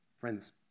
Friends